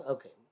Okay